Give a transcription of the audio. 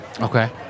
Okay